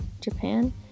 japan